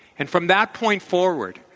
and from that point forward,